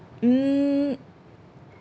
mm